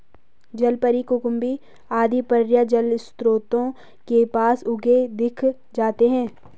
जलपरी, कुकुम्भी आदि प्रायः जलस्रोतों के पास उगे दिख जाते हैं